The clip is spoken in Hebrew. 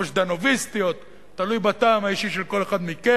או ז'דנוביסטיות, תלוי בטעם האישי של כל אחד מכם,